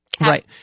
Right